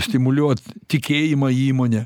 stimuliuot tikėjimą įmone